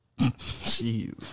Jeez